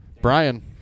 Brian